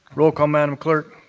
roll call, madam clerk.